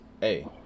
Hey